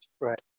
right